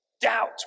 Doubt